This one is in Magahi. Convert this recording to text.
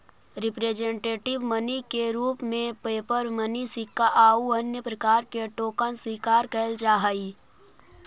रिप्रेजेंटेटिव मनी के रूप में पेपर मनी सिक्का आउ अन्य प्रकार के टोकन स्वीकार कैल जा हई